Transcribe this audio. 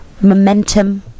momentum